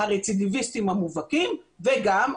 הרצידיביסטים המובהקים וגם,